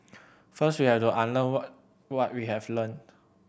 first we have to unlearn what we have learnt